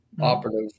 Operative